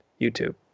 YouTube